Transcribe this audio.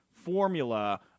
formula